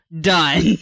Done